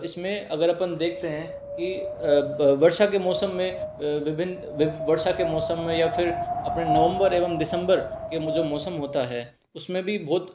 इसमें अगर हम देखते हैं कि वर्षा के मौसम में विभिन्न वर्षा के मौसम में या फिर अपने नवम्बर एवं दिसम्बर के जो मौसम होता है उसमें भी बहुत